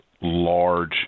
large